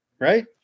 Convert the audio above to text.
right